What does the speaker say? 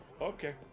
Okay